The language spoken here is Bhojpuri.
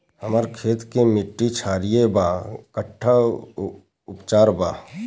हमर खेत के मिट्टी क्षारीय बा कट्ठा उपचार बा?